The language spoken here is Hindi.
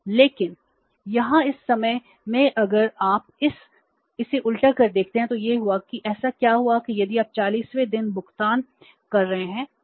लेकिन यहाँ इस मामले में अगर आप इसे उलट कर देखते हैं तो यह हुआ है कि ऐसा क्यों हुआ है कि यदि आप 40 वें दिन भुगतान कर रहे हैं